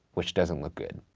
which doesn't look good.